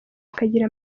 akagira